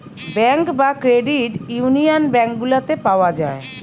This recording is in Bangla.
ব্যাঙ্ক বা ক্রেডিট ইউনিয়ান গুলাতে পাওয়া যায়